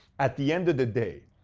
at the end of the day,